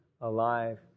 alive